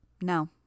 No